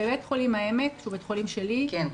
בבית החולים העמק שהוא בית החולים שלי --- כן.